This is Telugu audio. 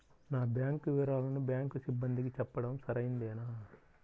నా బ్యాంకు వివరాలను బ్యాంకు సిబ్బందికి చెప్పడం సరైందేనా?